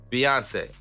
Beyonce